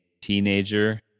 teenager